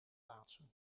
plaatsen